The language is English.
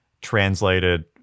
translated